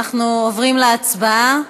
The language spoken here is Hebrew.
אנחנו עוברים להצבעה.